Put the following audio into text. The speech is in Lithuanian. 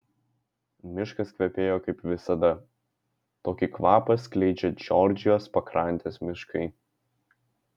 miškas kvepėjo kaip visada tokį kvapą skleidžia džordžijos pakrantės miškai